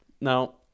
Now